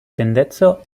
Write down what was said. tendenco